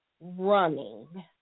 running